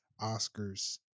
Oscars